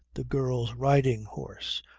the girl's riding horse,